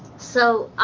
so